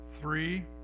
Three